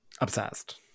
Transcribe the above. Obsessed